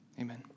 Amen